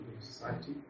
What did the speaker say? Society